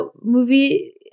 movie